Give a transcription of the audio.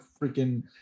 freaking